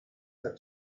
that